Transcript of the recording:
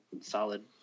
solid